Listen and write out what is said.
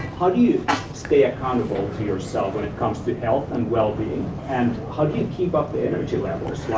how do you stay accountable to yourself when it comes to health and well being and how do you keep up the energy levels?